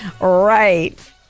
Right